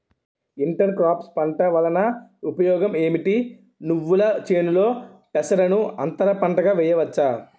Inter crops పంట వలన ఉపయోగం ఏమిటి? నువ్వుల చేనులో పెసరను అంతర పంటగా వేయవచ్చా?